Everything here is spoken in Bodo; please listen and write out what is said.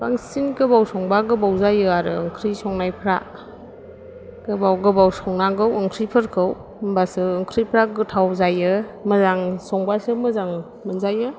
बांसिन गोबाव संबा गोबाव जायो आरो ओंख्रै संनायफ्रा गोबाव गोबाव संनांगौ ओंख्रैफोरखौ होनबासो ओंख्रैफ्रा गोथाव जायो मोजां संबासो मोजां मोनजायो